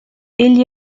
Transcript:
egli